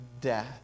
death